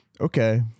Okay